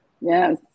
Yes